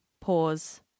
pause